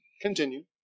Continue